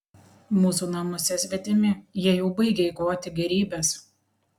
mūsų namuose svetimi jie jau baigia eikvoti gėrybes